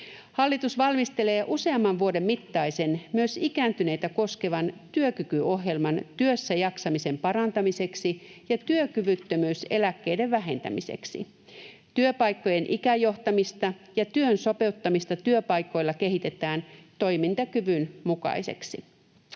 Hallitus valmistelee useamman vuoden mittaisen, myös ikääntyneitä koskevan työkykyohjelman työssäjaksamisen parantamiseksi ja työkyvyttömyyseläkkeiden vähentämiseksi. Työpaikkojen ikäjohtamista ja työn sopeuttamista työpaikoilla kehitetään toimintakyvyn mukaiseksi.